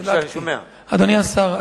השר,